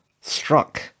struck